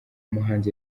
muhanzi